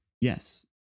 yes